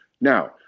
Now